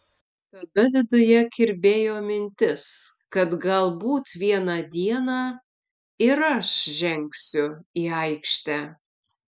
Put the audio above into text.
tada viduje kirbėjo mintis kad galbūt vieną dieną ir aš žengsiu į aikštę